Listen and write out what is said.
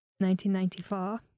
1994